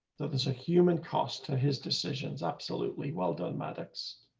that is a human cost to his decisions. absolutely. well done, maddox.